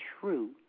true